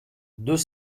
deux